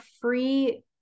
free